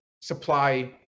supply